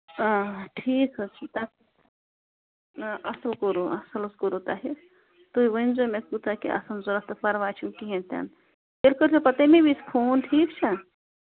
آ ٹھیٖک حظ چھُ تَتھ اَصٕل کوٚروٕ اَصٕل کوروٕ تۄہہِ تُہۍ ؤنۍزیٚو مےٚ کوٗتاہ کیٛاہ آسَن ضروٗرت تہٕ پَرواے چھُہٕ کِہیٖنٛۍ تہِ نہٕ تُہۍ کٔرۍزیٚو پتہٕ تَمی وِزِ فون ٹھیٖک چھا